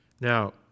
Now